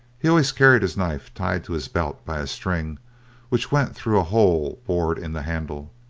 he always carried his knife tied to his belt by a string which went through a hole bored in the handle.